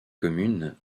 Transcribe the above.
commune